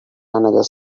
another